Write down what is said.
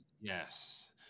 Yes